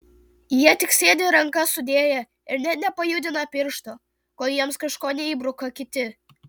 jie tik sėdi rankas sudėję ir net nepajudina piršto kol jiems kažko neįbruka kiti